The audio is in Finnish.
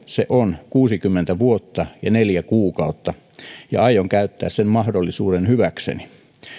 se on kuusikymmentä vuotta ja neljä kuukautta ja aion käyttää sen mahdollisuuden hyväkseni